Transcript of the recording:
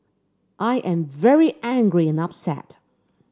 I am very angry and upset